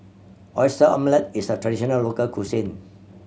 Oyster Omelette is a traditional local cuisine